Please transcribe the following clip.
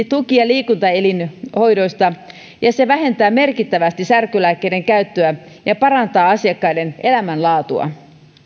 tuki ja liikuntaelinhoidoista ja se vähentää merkittävästi särkylääkkeiden käyttöä ja parantaa asiakkaiden elämänlaatua